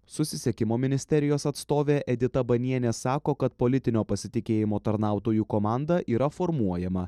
susisiekimo ministerijos atstovė edita banienė sako kad politinio pasitikėjimo tarnautojų komanda yra formuojama